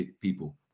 people